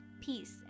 Peace